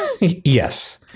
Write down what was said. Yes